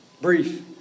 brief